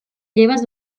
lleves